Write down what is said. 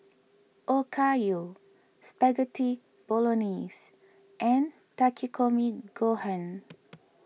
Okayu Spaghetti Bolognese and Takikomi Gohan